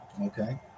Okay